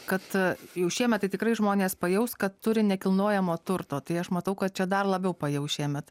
kad jau šiemet tai tikrai žmonės pajaus kad turi nekilnojamo turto tai aš matau kad čia dar labiau pajaus šiemet